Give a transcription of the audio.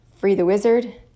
freethewizard